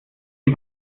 die